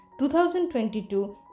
2022